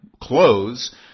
clothes